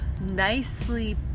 nicely